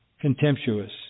contemptuous